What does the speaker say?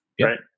Right